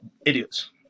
idiots